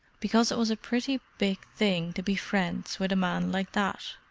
because it was a pretty big thing to be friends with a man like that.